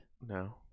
No